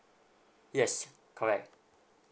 yes correct